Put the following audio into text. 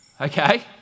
Okay